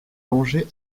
longer